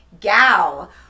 gal